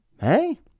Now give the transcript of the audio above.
hey